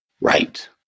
Right